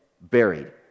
Buried